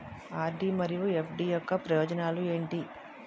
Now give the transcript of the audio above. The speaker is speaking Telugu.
ఆర్.డి మరియు ఎఫ్.డి యొక్క ప్రయోజనాలు ఏంటి?